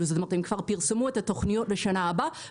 הם כבר פרסמו את התוכניות לשנה הבאה